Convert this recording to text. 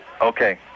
Okay